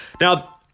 now